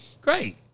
Great